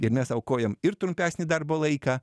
ir mes aukojam ir trumpesnį darbo laiką